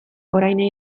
orain